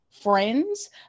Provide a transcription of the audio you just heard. friends